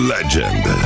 Legend